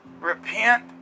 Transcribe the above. Repent